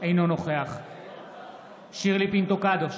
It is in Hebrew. אינו נוכח שירלי פינטו קדוש,